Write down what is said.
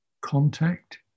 contact